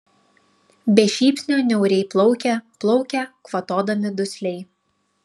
be šypsnio niauriai plaukia plaukia kvatodami dusliai